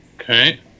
Okay